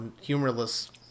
humorless